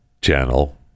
channel